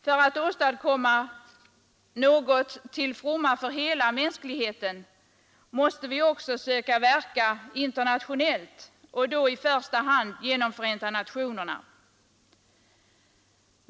För att åstadkomma något till fromma för hela mänskligheten måste vi också söka verka internationellt och då i första hand genom Förenta nationerna.